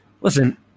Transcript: listen